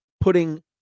putting